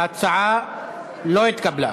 ההצעה לא התקבלה.